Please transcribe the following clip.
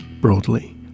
broadly